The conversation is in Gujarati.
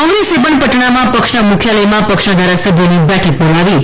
કોંગ્રેસે પણ પટણામાં પક્ષના મુખ્યાલથમાં પક્ષનાં ધારાસભ્યોની બેઠક બોલાવી છે